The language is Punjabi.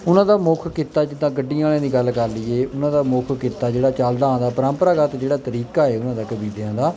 ਉਹਨਾਂ ਦਾ ਮੁੱਖ ਕਿੱਤਾ ਜਿੱਦਾਂ ਗੱਡੀਆਂ ਵਾਲਿਆਂ ਦੀ ਗੱਲ ਕਰ ਲਈਏ ਉਹਨਾਂ ਦਾ ਮੁੱਖ ਕਿੱਤਾ ਜਿਹੜਾ ਚੱਲਦਾ ਆਉਂਦਾ ਪਰੰਪਰਾਗਤ ਜਿਹੜਾ ਤਰੀਕਾ ਹੈ ਉਹਨਾਂ ਦਾ ਕਬੀਲਿਆਂ ਦਾ